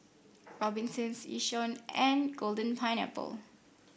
Robinsons Yishion and Golden Pineapple